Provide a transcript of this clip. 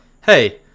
hey